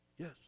Yes